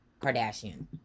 Kardashian